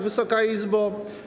Wysoka Izbo!